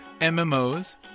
MMOs